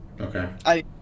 Okay